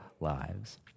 lives